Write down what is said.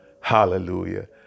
Hallelujah